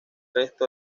resto